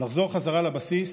לחזור חזרה לבסיס